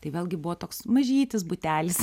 tai vėlgi buvo toks mažytis butelis